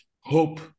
hope